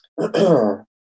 Okay